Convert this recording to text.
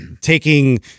taking